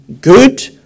good